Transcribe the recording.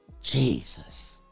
Jesus